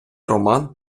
роман